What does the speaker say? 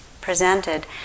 presented